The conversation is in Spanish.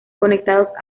conectados